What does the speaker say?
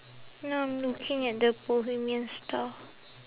now I'm looking at the bohemian stuff